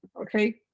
okay